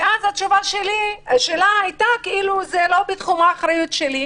התשובה שלה הייתה: זה לא בתחום האחריות שלי,